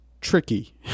tricky